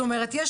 זאת אומרת,